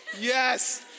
yes